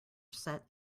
set